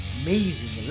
amazing